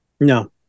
No